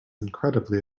incredibly